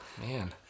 Man